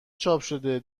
چاپشده